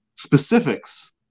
Specifics